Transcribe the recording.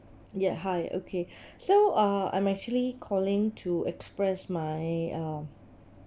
ya hi okay so ah I'm actually calling to express my uh